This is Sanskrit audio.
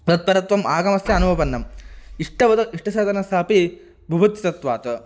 तत्परत्वम् आगमस्य अनुपपन्नम् इष्टवद् इष्टसाधनस्यापि भुभुत्सतत्वात्